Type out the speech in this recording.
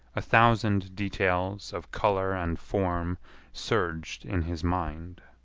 a thousand details of color and form surged in his mind.